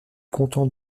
content